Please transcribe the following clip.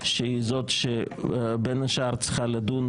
שהיא זאת שצריכה לדון,